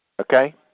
Okay